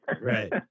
Right